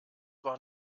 war